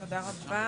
ננעלה בשעה